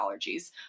allergies